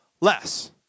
less